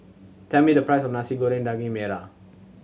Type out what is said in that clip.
tell me the price of Nasi Goreng Daging Merah